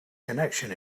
connection